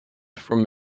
from